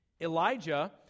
Elijah